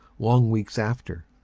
long weeks after.